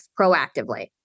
proactively